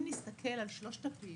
אם נסתכל על שלוש הפעימות,